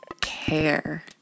care